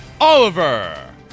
Oliver